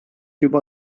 juba